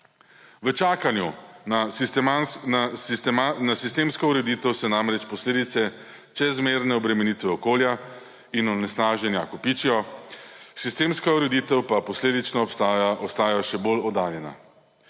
V čakanju na sistemsko ureditev se namreč posledice čezmerne obremenitve okolja in onesnaženja kopičijo, sistemska ureditev pa posledično ostaja še bolj oddaljena.